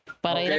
Para